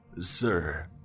Sir